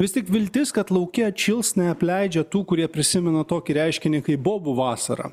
vis tik viltis kad lauke atšils neapleidžia tų kurie prisimena tokį reiškinį kaip bobų vasara